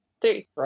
three